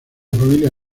familia